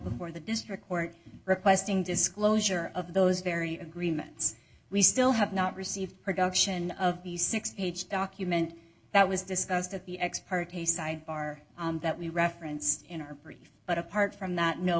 before the district court requesting disclosure of those very agreements we still have not received production of the six page document that was discussed at the ex parte sidebar that we referenced in our brief but apart from that no